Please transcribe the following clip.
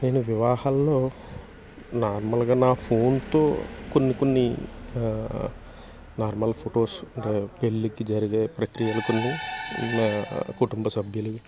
నేను వివాహల్లో నార్మల్గా నా ఫోన్తో కొన్ని కొన్ని నార్మల్ ఫొటోస్ పెళ్ళికి జరిగే ప్రత్యేకతలు నా కుటుంబ సభ్యులు